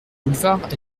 boulevard